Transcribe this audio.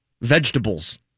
vegetables